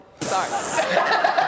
Sorry